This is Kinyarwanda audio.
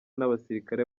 n’abasirikare